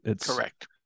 Correct